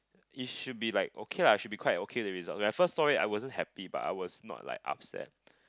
it should be like okay lah should be quite okay the result when I first saw it I wasn't happy but I was not like upset